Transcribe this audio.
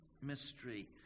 mystery